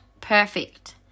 perfect